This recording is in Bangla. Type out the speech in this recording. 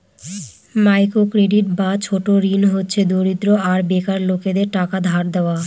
মাইক্র ক্রেডিট বা ছোট ঋণ হচ্ছে দরিদ্র আর বেকার লোকেদের টাকা ধার দেওয়া